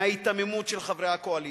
מההיתממות של חברי הקואליציה.